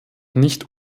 nicht